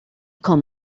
com